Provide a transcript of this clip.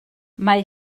mae